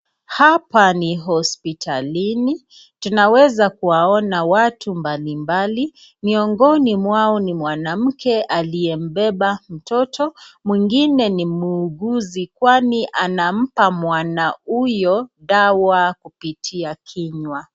Hapa ni hospitalini, tunaweza kuwaona watu mbalimbali, miongoni mwao ni mwanamke aliyembeba mtoto. Mwingine ni muuguzi kwani anampa mwana huyo dawa kupitia kinywa.